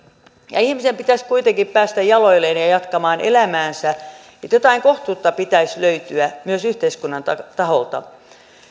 ja ihmisen pitäisi kuitenkin päästä jaloilleen ja ja jatkamaan elämäänsä jotain kohtuutta pitäisi löytyä myös yhteiskunnan taholta